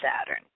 Saturn